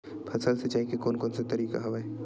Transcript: फसल सिंचाई के कोन कोन से तरीका हवय?